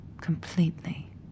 completely